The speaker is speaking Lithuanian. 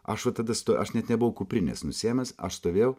aš va tada aš net nebuvau kuprinės nusiėmęs aš stovėjau